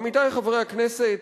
עמיתי חברי הכנסת,